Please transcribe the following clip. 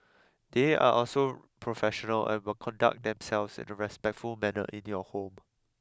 they are also professional and will conduct themselves in a respectful manner in your home